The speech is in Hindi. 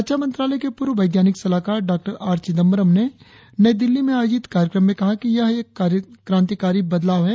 रक्षा मंत्रालय के पूर्व वैज्ञानिक सलाहकार डॉ आर चिदंबरम ने नई दिल्ली में आयोजित कार्यक्रम में कहा कि यह एक क्रांतिकारी बदलाव है